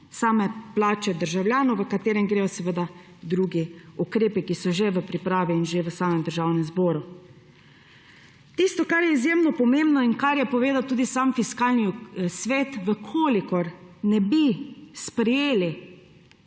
same plače državljanov, za kar gredo seveda drugi ukrepi, ki so že v pripravi in že v Državnem zboru. Tisto, kar je izjemno pomembno in kar je povedal tudi sam Fiskalni svet, je, da če ne bi sprejeli